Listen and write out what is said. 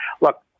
look